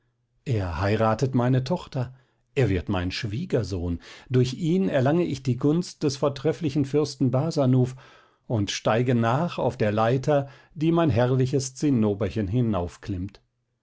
er heiratet meine tochter er wird mein schwiegersohn durch ihn erlange ich die gunst des vortrefflichen fürsten barsanuph und steige nach auf der leiter die mein herrliches